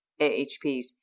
ahps